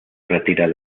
retira